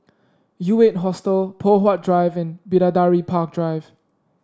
U Eight Hostel Poh Huat Drive and Bidadari Park Drive